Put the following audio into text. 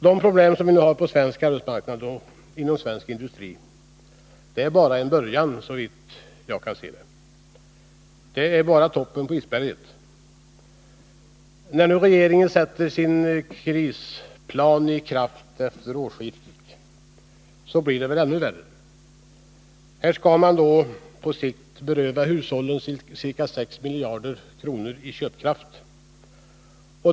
De problem som vi i dag har på svensk arbetsmarknad och inom svensk industri är bara en början, såvitt jag kan se. Det är bara toppen på isberget. När regeringen nu sätter sin krisplan i kraft efter årsskiftet, så blir det väl ännu värre. Här skall man på sikt beröva hushållen 6 miljarder kronor i köpkraft.